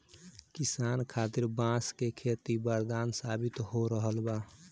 किसान खातिर बांस के खेती वरदान साबित हो रहल बा